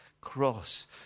cross